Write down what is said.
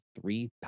three